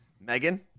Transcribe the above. Megan